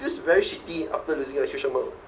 feels very shitty after losing a huge amount